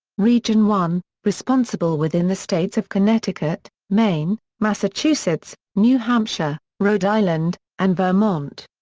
region one responsible within the states of connecticut, maine, massachusetts, new hampshire, rhode island, and vermont.